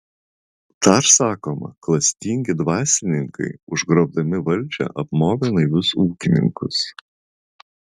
dar sakoma klastingi dvasininkai užgrobdami valdžią apmovė naivius ūkininkus